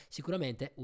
Sicuramente